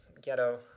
ghetto